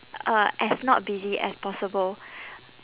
uh as not busy as possible